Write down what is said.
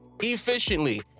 efficiently